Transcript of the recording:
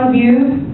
you